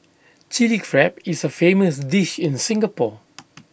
Chilli Crab is A famous dish in Singapore